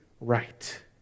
right